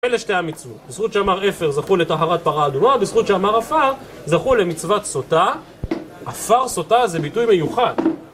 אלה שתי המצוות, בזכות שאמר אפר זכו לטהרת פרה אדומה, בזכות שאמר עפר, זכו למצוות סוטה, עפר סוטה זה ביטוי מיוחד